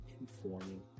informing